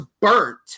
burnt